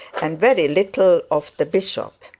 and very little of the bishop.